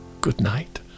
good-night